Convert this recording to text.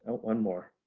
ah one more.